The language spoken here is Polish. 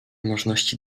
możności